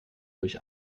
durch